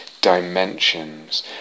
dimensions